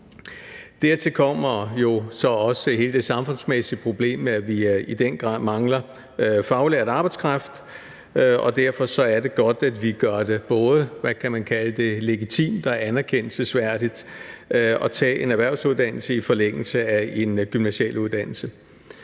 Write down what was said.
Dertil kommer jo så også hele det samfundsmæssige problem med, at vi i den grad mangler faglært arbejdskraft, og derfor er det godt, at vi gør det både legitimt og anerkendelsesværdigt at tage en erhvervsuddannelse i forlængelse af en gymnasial uddannelse.